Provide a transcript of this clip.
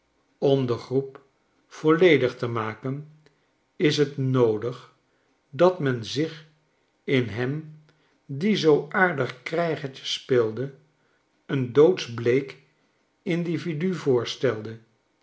om de groep volledig te maken is t noodig dat men zich in hem die zoo aardig krijgertje speelde een doodsbleek individu voorstelle